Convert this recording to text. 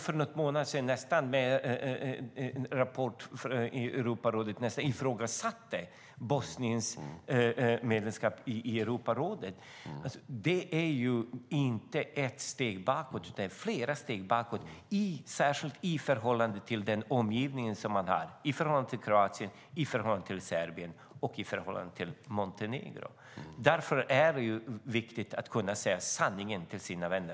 För någon månad sedan kom en rapport som nästan ifrågasatte Bosniens medlemskap i Europarådet. Det är inte ett steg bakåt utan flera, särskilt i förhållande till den omgivning man har, till Kroatien, Serbien och Montenegro. Därför är det viktigt att kunna säga sanningen till sina vänner.